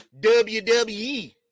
wwe